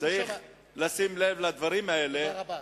צריך לשים לב לדברים האלה, תודה רבה.